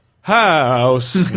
house